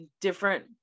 different